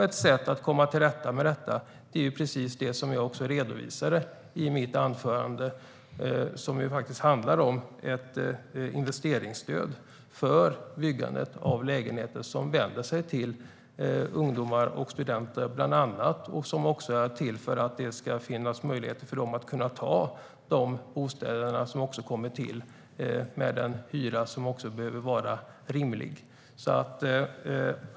Ett sätt att komma till rätta med det är precis det som jag redovisade i mitt anförande. Det handlar om ett investeringsstöd för byggande av lägenheter som är avsedda för ungdomar och studenter och som också är till för att det ska finnas möjlighet för dem att bo i dessa bostäder med en hyra som är rimlig.